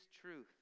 truth